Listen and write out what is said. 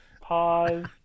Pause